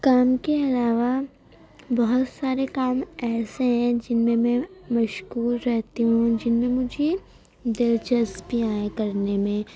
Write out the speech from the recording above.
کام کے علاوہ بہت سارے کام ایسے ہے جن میں میں مشغول رہتی ہوں جن میں مجھے دلچسپیاں ہیں کرنے میں